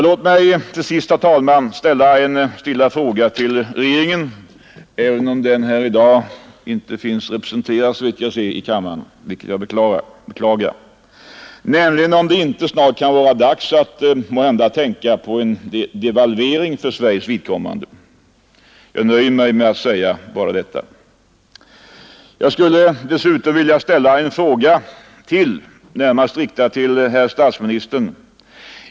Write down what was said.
Låt mig till sist, herr talman, ställa en stilla fråga till regeringen, även om den inte såvitt jag ser är representerad i kammaren i dag, vilket jag beklagar. Är det måhända inte snart dags att tänka på en devalvering för Sveriges vidkommande? Jag nöjer mig med att säga detta. Jag skulle dessutom vilja ställa en annan fråga, närmast riktad till herr statsministern.